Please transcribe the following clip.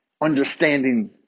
understanding